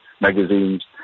magazines